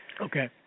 Okay